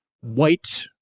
white